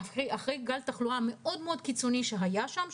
ואחרי גל תחלואה מאוד קיצוני שהיה שם,